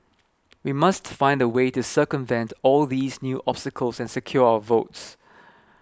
we must find a way to circumvent all these new obstacles and secure our votes